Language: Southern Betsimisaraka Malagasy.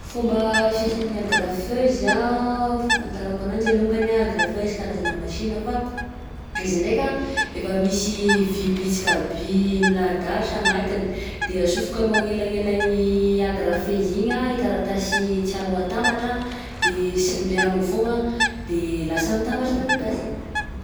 Fomba fiasan'ny agrafeuse anh, fahafantarako ananjy alongany anh agrafeuse karazana machine fa izy ndraika efa misy vy bitsika bi milahadahatra agnatiny, de asofokanao agnelagnelan'ny agrafeuse igny anh i taratasy tianao atambatra de sindriànao foagna de lasa mitambatra taratasy.